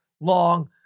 long